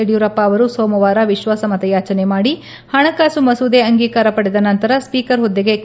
ಯಡಿಯೂರಪ್ಪ ಅವರು ಸೋಮವಾರ ವಿಶ್ನಾಸಮತಯಾಚನೆ ಮಾಡಿ ಹಣಕಾಸು ಮಸೂದೆ ಅಂಗೀಕಾರ ಪಡೆದ ನಂತರ ಸ್ಲೀಕರ್ ಹುದ್ಗೆ ಕೆ